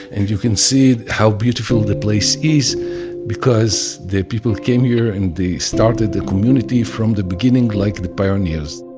and you can see how beautiful the place is because the people came here and they started the community from the beginning like the pioneers